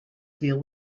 deal